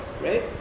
right